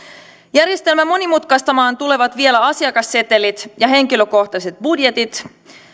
järjestelmää monimutkaistamaan tulevat vielä asiakassetelit ja henkilökohtaiset budjetit